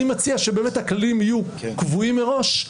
אני מציע שהכללים יהיו קבועים מראש,